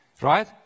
right